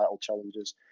challenges